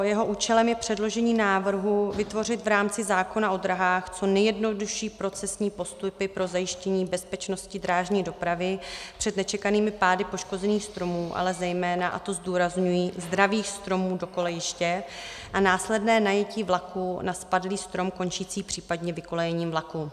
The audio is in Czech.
Jeho účelem je předložení návrhu vytvořit v rámci zákona o dráhách co nejjednodušší procesní postupy pro zajištění bezpečnosti drážní dopravy před nečekanými pády poškozených stromů, ale zejména, a to zdůrazňuji, zdravých stromů do kolejiště a následné najetí vlaků na spadlý strom končící případně vykolejením vlaků.